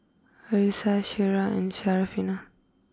Arissa Syirah and Syarafina